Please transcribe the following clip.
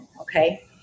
okay